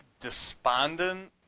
despondent